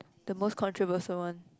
the most controversial one